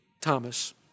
Thomas